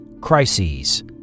crises